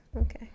okay